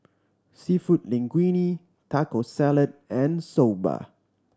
Seafood Linguine Taco Salad and Soba